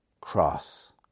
cross